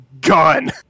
gun